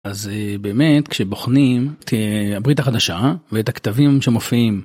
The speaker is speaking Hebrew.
אז באמת כשבוחנים את הברית החדשה, ואת הכתבים שמופיעים.